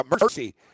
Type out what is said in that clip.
mercy